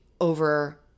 over